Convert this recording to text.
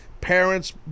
parents